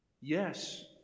Yes